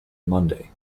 monday